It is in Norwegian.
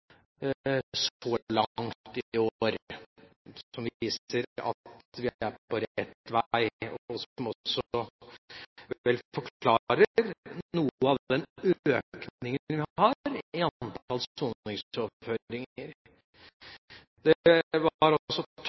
som viser at vi er på rett vei og som vel forklarer noe av den økningen vi har i antall soningsoverføringer. Det var altså